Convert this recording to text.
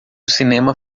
cinema